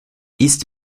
east